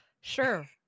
sure